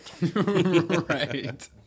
Right